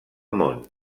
món